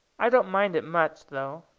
i don't mind it much, though.